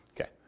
Okay